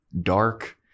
dark